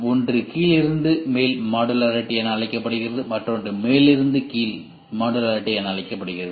ஒன்று கீழிருந்து மேல் மாடுலரிட்டி என அழைக்கப்படுகிறது மற்றொன்று மேலிருந்து கீழ் மாடுலரிட்டி என அழைக்கப்படுகிறது